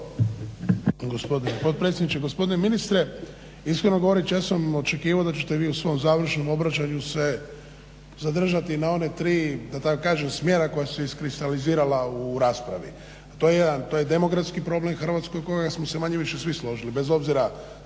Gospodine ministre, iskreno govoreći ja sam očekivao da ćete vi u svom završnom obraćanju se zadržati na one tri da tako kažem smjera koja su se iskristalizirala u raspravi. To je jedan. To je demografski problem hrvatskog oko kojega smo se više-manje svi složili bez obzira